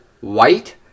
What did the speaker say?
white